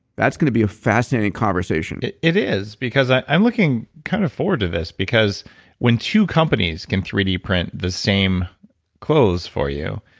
that's going to be a fascinating conversation it is, because i'm looking kind of forward to this because when two companies can three d print the same clothes for you,